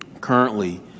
currently